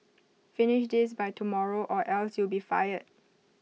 finish this by tomorrow or else you'll be fired